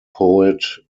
poet